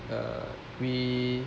uh we